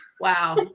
Wow